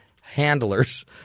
handlers